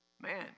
Man